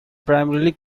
primarily